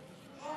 אוה.